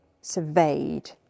surveyed